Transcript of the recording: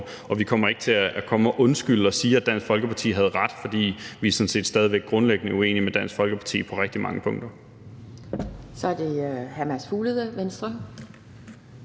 og vi kommer ikke til at komme og undskylde og sige, at Dansk Folkeparti havde ret, for vi er sådan set stadig væk grundlæggende uenige med Dansk Folkeparti på rigtig mange punkter.